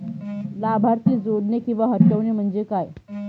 लाभार्थी जोडणे किंवा हटवणे, म्हणजे काय?